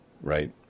right